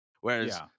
Whereas